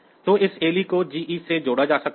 तो इस ALE को G से जोड़ा जा सकता है